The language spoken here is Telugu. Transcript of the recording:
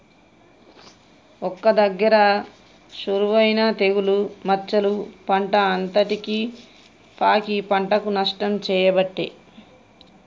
ఒక్క దగ్గర షురువు అయినా తెగులు మచ్చలు పంట అంతటికి పాకి పంటకు నష్టం చేయబట్టే